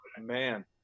man